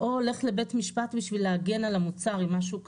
או הולך לבית משפט בשביל להגן על המוצר אם משהו קרה,